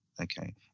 Okay